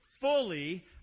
fully